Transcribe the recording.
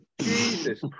Jesus